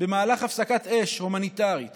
במהלך הפסקת אש הומניטרית